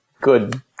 good